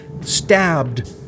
Stabbed